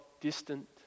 distant